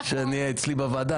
כשהוא היה אצלי בוועדה,